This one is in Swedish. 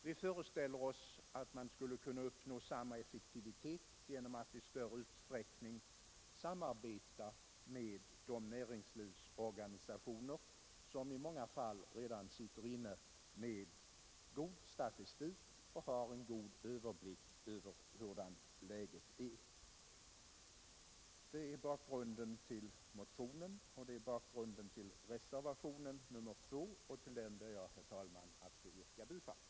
Vi föreställer oss att man skulle uppnå samma effektivitet genom att i större utsträckning samarbeta med de näringslivsorganisationer som i många fall redan förfogar över en god statistik och har god överblick av hurdant läget är. Detta är bakgrunden till motionen och till reservationen 2, till vilken jag, herr talman, ber att få yrka bifall.